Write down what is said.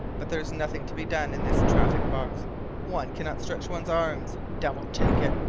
but there's nothing to be done in this traffic-box one cannot stretch one's arms. devil take it!